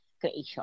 creation